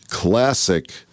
classic